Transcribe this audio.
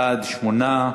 התשע"ד 2014,